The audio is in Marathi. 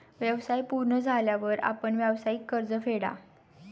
व्यवसाय पूर्ण झाल्यावर आपण व्यावसायिक कर्ज फेडा